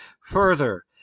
Further